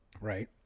Right